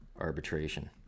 arbitration